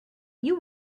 you